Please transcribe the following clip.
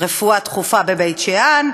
רפואה דחופה בבית-שאן.